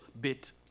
bit